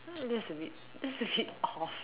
that's a bit that's a bit off